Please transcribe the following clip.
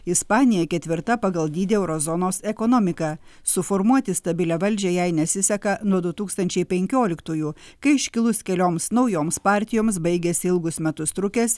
ispanija ketvirta pagal dydį euro zonos ekonomika suformuoti stabilią valdžią jai nesiseka nuo du tūkstančiai penkioliktųjų kai iškilus kelioms naujoms partijoms baigėsi ilgus metus trukęs